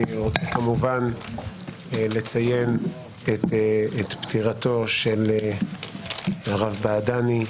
אני רוצה כמובן לציין את פטירתו של הרב בעדני,